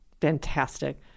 Fantastic